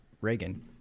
reagan